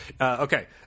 okay